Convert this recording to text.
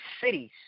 cities